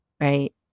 right